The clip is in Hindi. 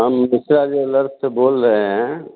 हम गुप्ता ज़्वेलर्स से बोल रहे हैं